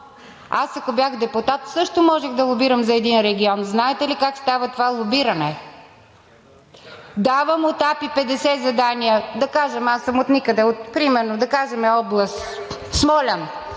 но ако аз бях депутат, също можех да лобирам за един регион. Знаете ли как става това лобиране? Давам от АПИ 50 задания, да кажем, аз съм отникъде – примерно от област Смолян.